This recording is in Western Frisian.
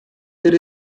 der